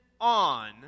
on